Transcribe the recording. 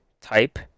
type